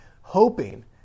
hoping